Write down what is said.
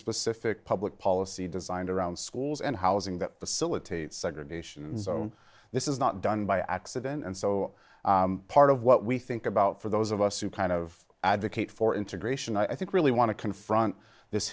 specific public policy designed around schools and housing that facilitate segregation zone this is not done by accident and so part of what we think about for those of us who kind of advocate for integration i think really want to confront this